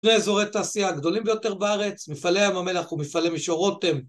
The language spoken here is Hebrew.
שני אזורי תעשייה הגדולים ביותר בארץ, מפעלי ים המלח ומפעלי מישור רותם